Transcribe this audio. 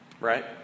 Right